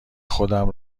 خودم